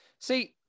See